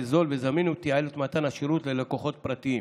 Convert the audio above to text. זול וזמין ותייעל את מתן השירות ללקוחות פרטיים.